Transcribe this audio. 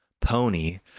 Pony